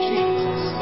Jesus